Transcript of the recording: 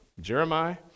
Jeremiah